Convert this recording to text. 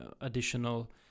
additional